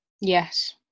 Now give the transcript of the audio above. Yes